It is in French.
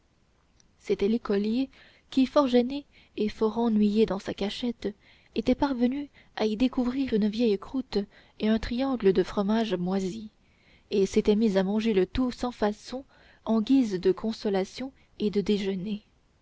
c'était l'écolier qui fort gêné et fort ennuyé dans sa cachette était parvenu à y découvrir une vieille croûte et un triangle de fromage moisi et s'était mis à manger le tout sans façon en guise de consolation et de déjeuner